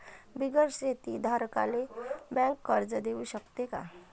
बिगर शेती धारकाले बँक कर्ज देऊ शकते का?